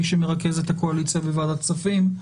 כמי שמרכז את הקואליציה בוועדת הכספים.